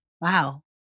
Wow